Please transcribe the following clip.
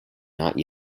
not